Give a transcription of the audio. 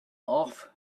off